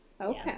Okay